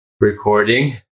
Recording